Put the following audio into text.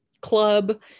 club